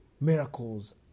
miracles